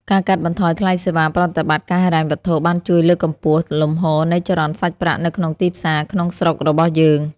ការកាត់បន្ថយថ្លៃសេវាប្រតិបត្តិការហិរញ្ញវត្ថុបានជួយលើកកម្ពស់លំហូរនៃចរន្តសាច់ប្រាក់នៅក្នុងទីផ្សារក្នុងស្រុករបស់យើង។